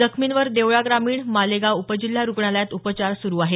जखमींवर देवळा ग्रामीण मालेगाव उपजिल्हा रुग्णालयात उपचार सुरू आहेत